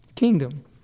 kingdom